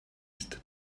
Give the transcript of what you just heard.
ist